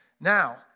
Now